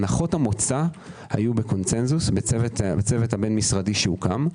הנחות המוצא היו בקונצנזוס בצוות הבין-משרדי שהוקם.